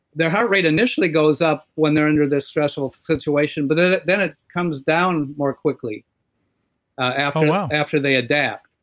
their heart rate initially goes up when they're under a stressful situation. but ah then, it comes down more quickly after um ah after they adapt.